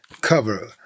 cover